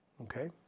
Okay